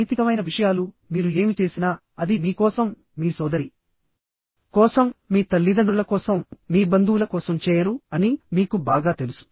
అనైతికమైన విషయాలు మీరు ఏమి చేసినా అది మీ కోసం మీ సోదరి కోసం మీ తల్లిదండ్రుల కోసం మీ బంధువుల కోసం చేయరు అని మీకు బాగా తెలుసు